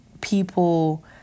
people